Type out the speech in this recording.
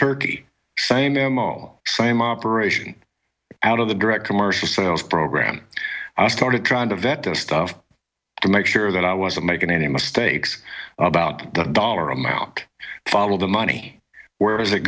turkey same them all same operation out of the direct commercial sales program i started trying to vet this stuff to make sure that i wasn't making any mistakes about the dollar amount follow the money where is it